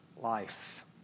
life